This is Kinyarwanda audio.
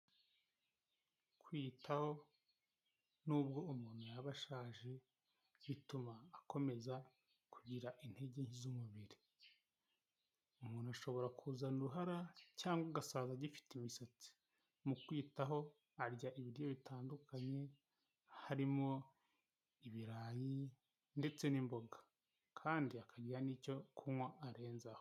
Kwiyitaho nubwo umuntu yaba ashaje bituma akomeza kugira intege z'umubiri, umuntu ashobora kuzana uruhara cyangwa ugasaza agifite imisatsi, mu kwiyitaho arya ibiryo bitandukanye harimo ibirayi ndetse n'imboga kandi akagira n'icyo kunywa arenzaho.